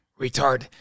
retard